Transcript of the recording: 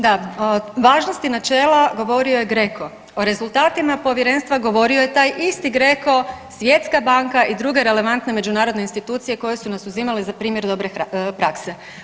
Da, o važnosti načela govorio je GRECO, o rezultatima povjerenstva govorio je taj isti GRECO, svjetska banka i druge relevantne međunarodne institucije koje su nas uzimale za primjer dobre prakse.